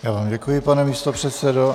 Já vám děkuji, pane místopředsedo.